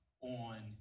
on